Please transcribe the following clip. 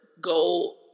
go